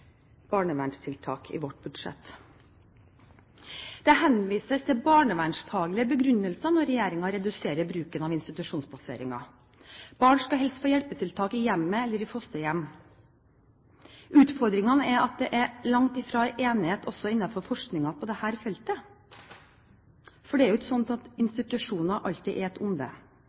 barnevernstiltak i vårt budsjett. Det henvises til barnevernsfaglige begrunnelser når regjeringen reduserer bruken av institusjonsplasseringer. Barn skal helst få hjelpetiltak i hjemmet eller i fosterhjem. Utfordringen er at det langt fra er enighet innenfor forskningen på dette feltet. Det er ikke slik at institusjoner alltid er et